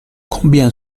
combien